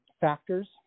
factors